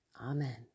Amen